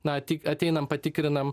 na tik ateinam patikrinam